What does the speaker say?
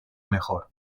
mejor